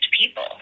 people